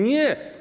Nie.